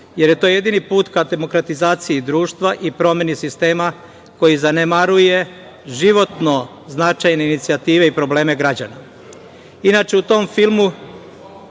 jer je to jedini put ka demokratizaciji društva i promeni sistema koji zanemaruje životno značajne inicijative i probleme građana. Inače, u tom filmu,